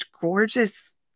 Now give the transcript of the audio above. gorgeous